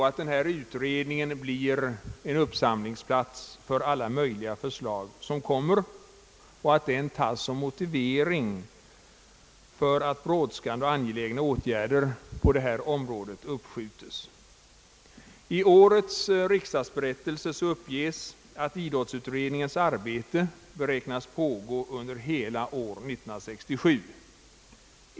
Utredningen får inte bli en uppsamlingsplats för alla framkommande förslag, och den får inte tas som motivering för uppskov med brådskande och angelägna åtgärder på idrottens område. I årets riksdagsberättelse uppges att idrottsutredningens arbete beräknas pågå under hela år 1967.